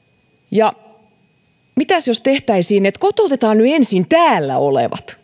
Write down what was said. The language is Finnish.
ja mitäs jos tehtäisiin niin että kotoutetaan nyt ensin täällä olevat